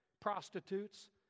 prostitutes